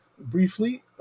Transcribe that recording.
briefly